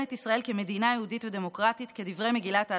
את ישראל כמדינה יהודית ודמוקרטית כדברי מגילת העצמאות.